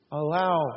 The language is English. allow